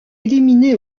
éliminé